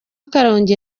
karongi